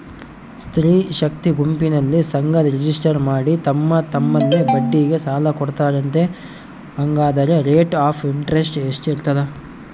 ಸ್ತ್ರೇ ಶಕ್ತಿ ಗುಂಪಿನಲ್ಲಿ ಸಂಘ ರಿಜಿಸ್ಟರ್ ಮಾಡಿ ತಮ್ಮ ತಮ್ಮಲ್ಲೇ ಬಡ್ಡಿಗೆ ಸಾಲ ಕೊಡ್ತಾರಂತೆ, ಹಂಗಾದರೆ ರೇಟ್ ಆಫ್ ಇಂಟರೆಸ್ಟ್ ಎಷ್ಟಿರ್ತದ?